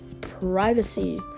privacy